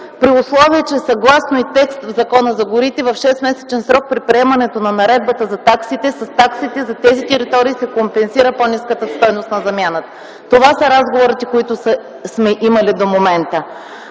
при условие, че съгласно текст в Закона за горите, в 6-месечен срок при приемането на Наредбата за таксите, с таксите за тези територии се компенсира по-ниската стойност на замяната. Това са разговорите, които сме имали до момента.